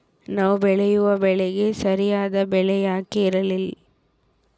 ನಾವು ಬೆಳೆಯುವ ಬೆಳೆಗೆ ಸರಿಯಾದ ಬೆಲೆ ಯಾಕೆ ಇರಲ್ಲಾರಿ?